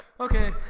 Okay